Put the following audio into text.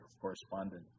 Correspondent